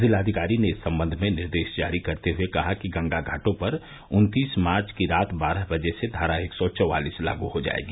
जिलाधिकारी ने इस सम्बन्ध में निर्देश जारी करते हुए कहा कि गंगा घाटों पर उन्तीस मार्च की रात बारह बजे से धारा एक सौ चौवालिस लागू हो जाएगी